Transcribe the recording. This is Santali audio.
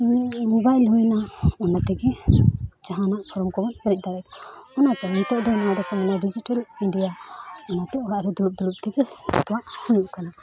ᱢᱳᱵᱟᱭᱤᱞ ᱦᱩᱭᱮᱱᱟ ᱚᱱᱟᱛᱮᱜᱮ ᱡᱟᱦᱟᱱᱟᱜ ᱯᱷᱨᱚᱢ ᱠᱚᱵᱚᱱ ᱯᱮᱨᱮᱡ ᱫᱟᱲᱮᱭᱟᱜᱼᱟ ᱚᱱᱟᱛᱮ ᱱᱤᱛᱳᱜᱫᱚ ᱱᱚᱣᱟ ᱫᱚᱠᱚ ᱢᱮᱱᱟ ᱰᱤᱡᱤᱴᱮᱞ ᱤᱱᱰᱤᱭᱟ ᱚᱱᱟᱛᱮ ᱚᱲᱟᱜᱨᱮ ᱫᱩᱲᱩᱵᱼᱫᱩᱲᱩᱵ ᱛᱮᱜᱮ ᱡᱚᱛᱚᱣᱟᱜ ᱦᱩᱭᱩᱜ ᱠᱟᱱᱟ